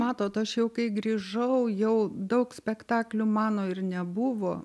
matot aš jau kai grįžau jau daug spektaklių mano ir nebuvo